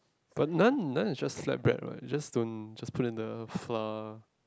but naan naan is just flatbread what you just don't just put in the flour